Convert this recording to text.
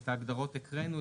את ההגדרות הקראנו.